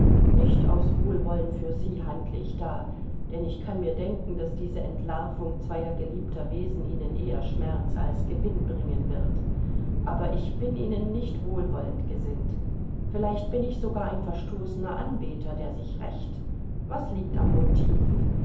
nicht aus wohlwollen für sie handle ich da denn ich kann mir denken daß diese entlarvung zweier geliebter wesen ihnen eher schmerz als gewinn bringen wird aber ich bin ihnen nicht wohlwollend gesinnt vielleicht bin ich sogar ein verstoßener anbeter der sich rächt was liegt am motiv